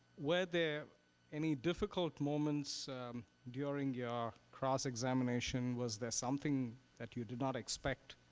were there any difficult moments during your cross examination? was there something that you did not expect?